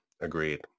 agreed